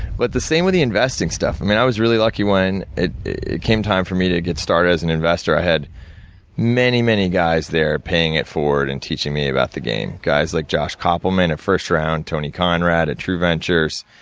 but, the same with the investing stuff. i mean, i was really lucky. when it came time for me to get started as an investor, i had many, many guys there, paying it forward, and teaching me about the game. guys like josh koppelman at first round, tony conrad at trueventures,